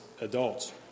adults